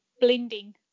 blending